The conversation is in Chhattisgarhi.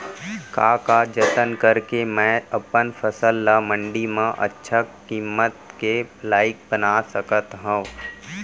का का जतन करके मैं अपन फसल ला मण्डी मा अच्छा किम्मत के लाइक बना सकत हव?